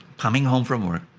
coming home from work,